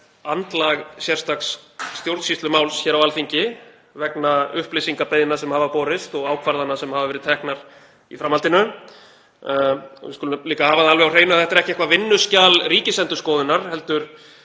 andlag sérstaks stjórnsýslumáls hér á Alþingi vegna upplýsingabeiðna sem hafa borist og ákvarðana sem hafa verið teknar í framhaldinu. Við skulum líka hafa það alveg á hreinu að þetta er ekki eitthvert vinnuskjal Ríkisendurskoðunar heldur